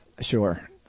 Sure